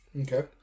Okay